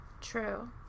True